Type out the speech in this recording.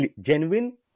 genuine